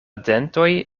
dentoj